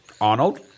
Arnold